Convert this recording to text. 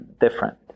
different